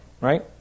right